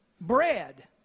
bread